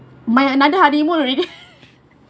my another honeymoon already